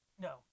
no